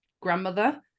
grandmother